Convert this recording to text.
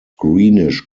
greenish